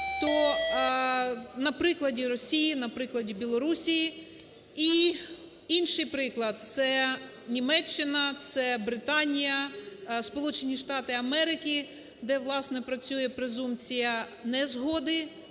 то на прикладі Росії, на прикладі Білорусії і інший приклад – це Німеччина, це Британія, Сполучені Штати Америки, де, власне, працює презумпція незгоди,